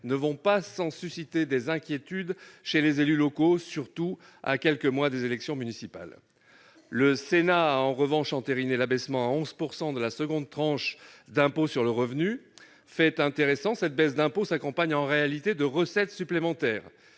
ne sont pas sans susciter des inquiétudes chez les élus locaux, surtout à quelques mois des élections municipales. En revanche, le Sénat a entériné l'abaissement à 11 % de la deuxième tranche d'impôt sur le revenu. Fait intéressant, cette baisse d'impôt s'accompagne en réalité de recettes supplémentaires,